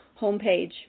homepage